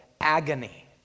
agony